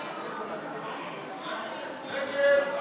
נגד.